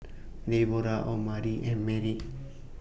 Deborrah Omari and Merritt